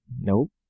Nope